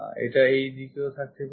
এটা এই দিকেও থাকতে পারে